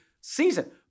season